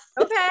Okay